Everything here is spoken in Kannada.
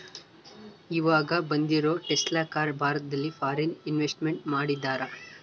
ಈವಾಗ ಬಂದಿರೋ ಟೆಸ್ಲಾ ಕಾರ್ ಭಾರತದಲ್ಲಿ ಫಾರಿನ್ ಇನ್ವೆಸ್ಟ್ಮೆಂಟ್ ಮಾಡಿದರಾ